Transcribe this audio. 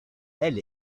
elle